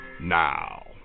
now